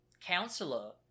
counselor